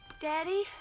Daddy